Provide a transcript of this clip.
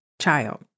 child